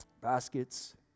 baskets